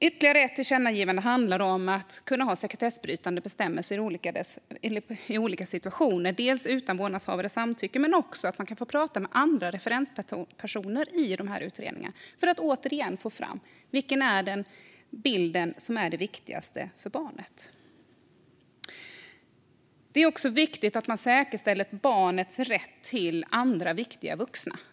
Ytterligare ett tillkännagivande handlar om att kunna ha sekretessbrytande bestämmelser i olika situationer, dels att man kan få inhämta uppgifter utan vårdnadshavarens samtycke, dels att man kan få prata med andra referenspersoner i dessa utredningar för att få fram, återigen, vilken bild som är viktigast för barnet. Det är också viktigt att man säkerställer barnets rätt till andra viktiga vuxna.